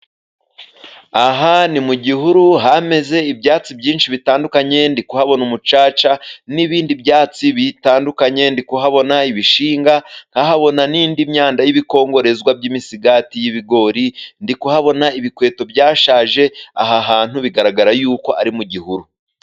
Aha ni mu gihuru hameze ibyatsi byinshi bitandukanye. Ndi kuhabona umucaca n'ibindi byatsi bitandukanye. Ndi kuhabona ibishinga, nkahabona n’indi myanda y’ibikongorezwa by’imisigati y'ibigori. Ndi kuhabona ibikweto byashaje. Aha hantu bigaragara yuko ari mu gihuru.